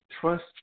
trust